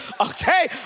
okay